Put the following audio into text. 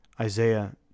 Isaiah